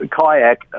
kayak